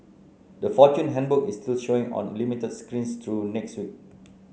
the Fortune Handbook is still showing on limited screens through next week